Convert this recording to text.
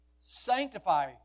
Sanctify